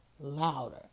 louder